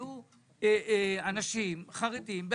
יהיו אנשים חרדים,